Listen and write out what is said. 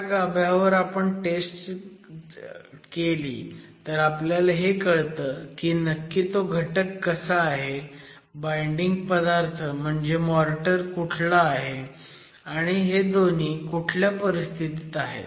त्या गाभ्यावर आपण चाचणी केली तर आपल्याला हे कळतं की नक्की तो घटक कसा आहे बाईंडिंग पदार्थ म्हणजे मोर्टर कुठला आहे आणि हे दोन्ही कुठल्या परीस्थितीत आहेत